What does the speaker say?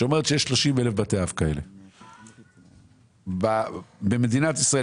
ואומרת שיש כ-30,000 בתי אב כאלה במדינת ישראל.